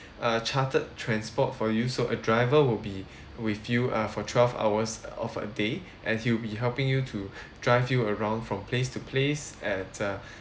uh chartered transport for you so a driver will be with you uh for twelve hours of a day and he'll be helping you to drive you around from place to place at a